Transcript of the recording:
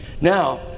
Now